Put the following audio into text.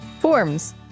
forms